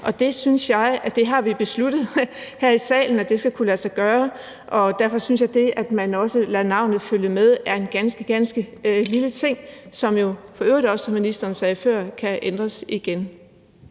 det har vi besluttet her i salen – skal kunne lade sig gøre, og derfor synes jeg, at det, at man lader navnet følge med, er en ganske, ganske lille ting, som jo for øvrigt også, som ministeren sagde før, kan ændres igen.